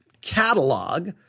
catalog